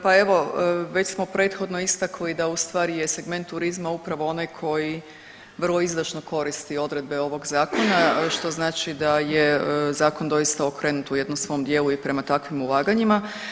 Pa evo, već smo prethodno istakli da ustvari je segment turizma je upravo onaj koji vrlo izdašno koristi odredbe ovog Zakona što znači da je Zakon doista okrenut u jednom svom dijelu i prema takvim ulaganjima.